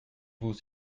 vous